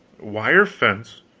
wire fence?